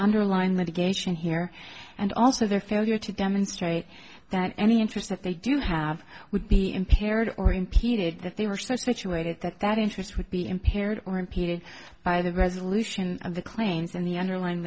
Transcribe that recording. underlying litigation here and also their failure to demonstrate that any interest that they do have would be impaired or impeded that they were so situated that that interest would be impaired or impeded by the resolution of the claims and the underline